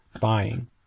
buying